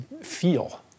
feel